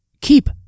keep